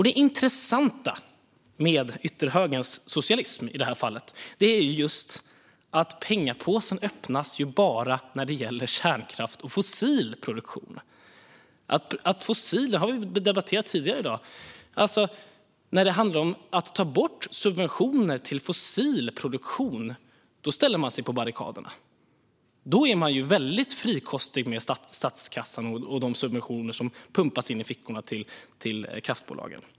Det intressanta med ytterhögerns socialism i det här fallet är just att pengapåsen bara öppnas när det gäller kärnkraft och fossil produktion. Det har vi debatterat tidigare i dag. När det handlar om att ta bort subventioner till fossil produktion ställer man sig på barrikaderna. Då är man väldigt frikostig med statskassan och de subventioner som pumpas in i fickorna på kraftbolagen.